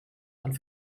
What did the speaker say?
von